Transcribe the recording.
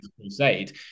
crusade